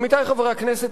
עמיתי חברי הכנסת,